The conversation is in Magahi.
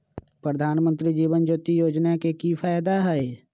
प्रधानमंत्री जीवन ज्योति योजना के की फायदा हई?